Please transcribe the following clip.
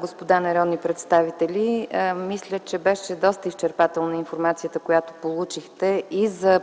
господа народни представители, мисля, че беше доста изчерпателна информацията, която получихте, и за